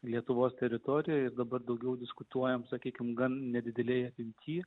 lietuvos teritorijoje dabar daugiau diskutuojame sakykime gan nedidelėje imtyje